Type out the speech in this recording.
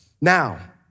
Now